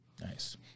Nice